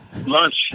lunch